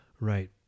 right